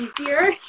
easier